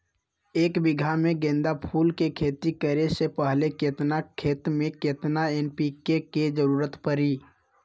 एक बीघा में गेंदा फूल के खेती करे से पहले केतना खेत में केतना एन.पी.के के जरूरत परी?